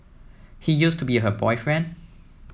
he used to be her boyfriend